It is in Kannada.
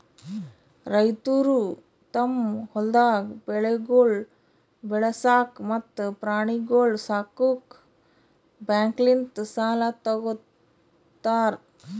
ರೈತುರು ತಮ್ ಹೊಲ್ದಾಗ್ ಬೆಳೆಗೊಳ್ ಬೆಳಸಾಕ್ ಮತ್ತ ಪ್ರಾಣಿಗೊಳ್ ಸಾಕುಕ್ ಬ್ಯಾಂಕ್ಲಿಂತ್ ಸಾಲ ತೊ ಗೋತಾರ್